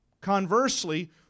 Conversely